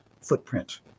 footprint